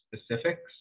specifics